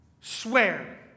swear